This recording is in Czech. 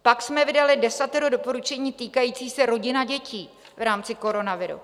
Pak jsme vydali Desatero doporučení týkající se rodin a dětí v rámci koronaviru.